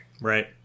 right